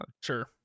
Sure